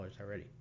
already